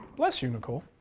bless you, nicole.